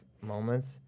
moments